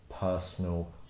personal